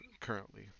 currently